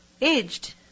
aged